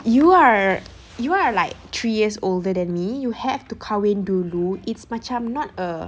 you are you are like three years older than me you have to kahwin dulu it's macam not a